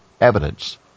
evidence